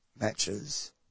Matches